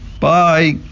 Bye